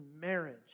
marriage